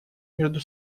между